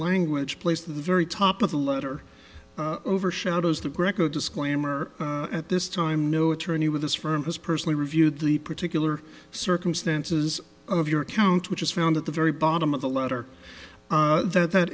language place the very top of the letter overshadows the greco disclaimer at this time no attorney with this firm has personally reviewed the particular circumstances of your account which is found at the very bottom of the letter that